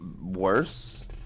worse